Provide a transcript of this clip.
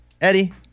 Eddie